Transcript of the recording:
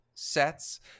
sets